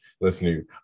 listening